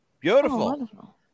Beautiful